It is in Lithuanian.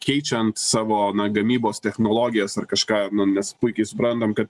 keičiant savo gamybos technologijas ar kažką nu nes puikiai suprantam kad